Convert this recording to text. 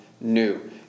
new